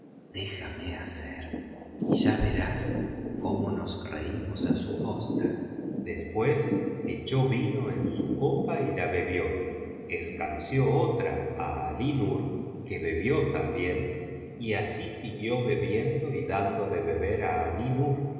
déjame hacer y ya verás cómo nos reímos á su costa después echó vino en su copa y la bebió escanció otra á alí nur que bebió también y así siguió bebiendo y dando de beber á